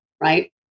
Right